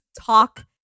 talk